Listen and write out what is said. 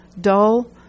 dull